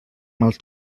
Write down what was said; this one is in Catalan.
mals